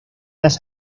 las